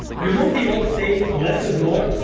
you know the old saying less is more?